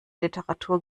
literatur